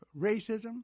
racism